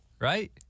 right